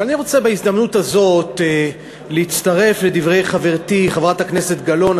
אבל אני רוצה בהזדמנות הזאת להצטרף לדברי חברתי חברת הכנסת גלאון,